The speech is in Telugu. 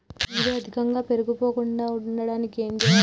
నీరు అధికంగా పేరుకుపోకుండా ఉండటానికి ఏం చేయాలి?